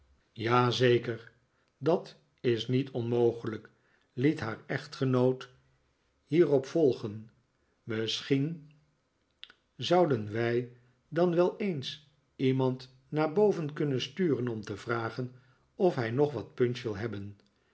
zeker dat is niet onmogelijk liet haar echtgenoot hierop volgen misschien zouden wij dan wel eens iemand naar boven kunnen sturen om te vragen of hij nog wat punch wil hebben